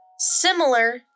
similar